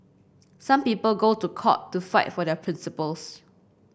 some people go to court to fight for their principles